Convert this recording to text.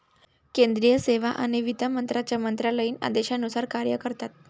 केंद्रीय सेवा आणि वित्त मंत्र्यांच्या मंत्रालयीन आदेशानुसार कार्य करतात